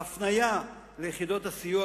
ההפניה ליחידות הסיוע,